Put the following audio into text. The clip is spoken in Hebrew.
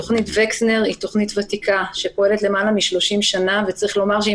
תכנית וקסנר היא תכנית ותיקה שפועלת למעלה מ-30 שנה וצריך לומר שהיא